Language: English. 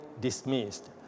dismissed